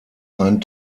einen